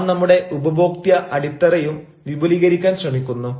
നാം നമ്മുടെ ഉപഭോക്ത്യ അടിത്തറയും വിപുലീകരിക്കാൻ ശ്രമിക്കുന്നു